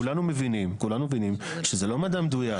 כולנו מבינים שזה לא מדע מדויק.